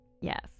Yes